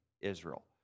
Israel